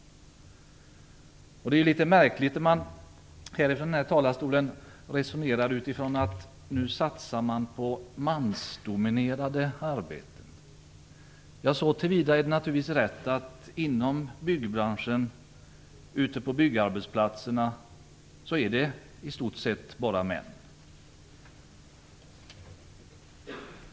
Det är litet märkligt när ledamöter här från talarstolen säger att man nu satsar på mansdominerade arbeten. Så tillvida är det naturligtvis rätt att det inom byggbranschen och ute på byggarbetsplatserna i stort sett enbart är män.